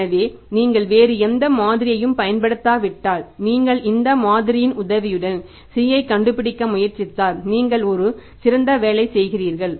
எனவே நீங்கள் வேறு எந்த மாதிரியையும் பயன்படுத்தாவிட்டால் நீங்கள் இந்த மாதிரியின் உதவியுடன் C ஐக் கண்டுபிடிக்க முயற்சித்தால் நீங்கள் ஒரு சிறந்த வேலையைச் செய்கிறீர்கள்